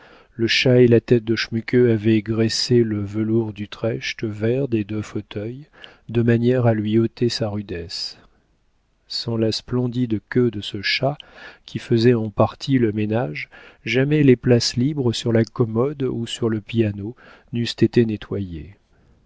le chat et la tête de schmuke avaient graissé le velours d'utrecht vert des deux fauteuils de manière à lui ôter sa rudesse sans la splendide queue de ce chat qui faisait en partie le ménage jamais les places libres sur la commode ou sur le piano n'eussent été nettoyées